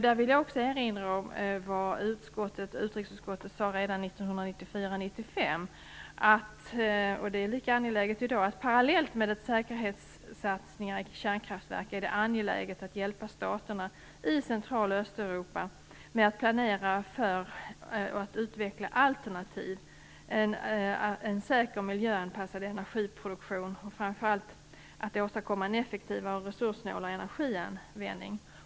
Där vill jag erinra om vad utrikesutskottet sade redan 1994/95 - det är lika angeläget i dag: Parallellt med säkerhetssatsningar i kärnkraftverk är det angeläget att hjälpa staterna i Central och Östeuropa att planera för och utveckla alternativ, säker och miljöanpassad energiproduktion och framför allt att åstadkomma en effektivare och resurssnålare energianvändning.